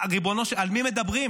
ריבונו של עולם, על מי מדברים?